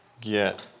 get